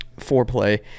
Foreplay